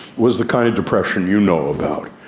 was the kind of depression you know about.